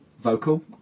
vocal